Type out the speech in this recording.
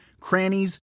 crannies